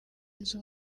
inzu